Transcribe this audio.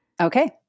Okay